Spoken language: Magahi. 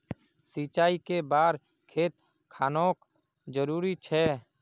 सिंचाई कै बार खेत खानोक जरुरी छै?